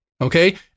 Okay